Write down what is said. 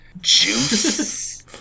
Juice